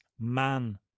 Man